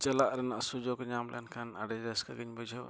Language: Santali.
ᱪᱟᱞᱟᱜ ᱨᱮᱱᱟᱜ ᱥᱩᱡᱳᱜᱽ ᱧᱟᱢ ᱞᱮᱱᱠᱷᱟᱱ ᱟᱹᱰᱤ ᱨᱟᱹᱥᱠᱟᱹᱜᱮᱧ ᱵᱩᱡᱷᱟᱹᱣᱟ